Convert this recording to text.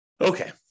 Okay